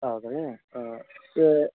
ಹೌದಾ ರೀ ಹಾಂ ಏ